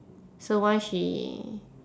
so once she